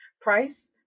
Price